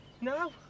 No